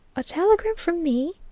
a telegram from me?